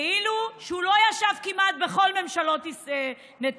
כאילו שהוא לא ישב כמעט בכל ממשלות נתניהו.